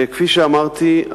כפי שאמרתי,